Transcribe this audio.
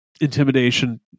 Intimidation